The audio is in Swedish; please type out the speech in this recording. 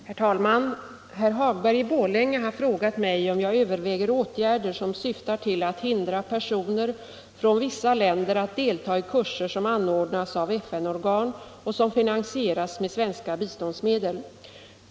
Herr talman! Herr Hagberg i Borlänge har frågat mig om jag överväger åtgärder som syftar till att hindra personer från vissa länder att delta i kurser som anordnas av FN-organ och som finansieras med svenska biståndsmedel.